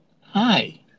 Hi